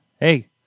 hey